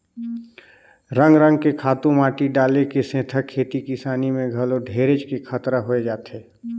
रंग रंग के खातू माटी डाले के सेथा खेती किसानी में घलो ढेरेच के खतरा होय जाथे